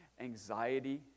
anxiety